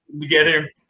together